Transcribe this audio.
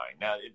Now